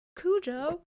Cujo